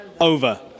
over